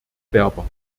berber